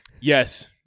yes